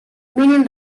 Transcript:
meaning